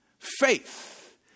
Faith